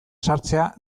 sartzea